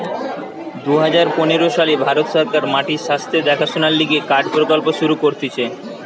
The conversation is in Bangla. দুই হাজার পনের সালে ভারত সরকার মাটির স্বাস্থ্য দেখাশোনার লিগে কার্ড প্রকল্প শুরু করতিছে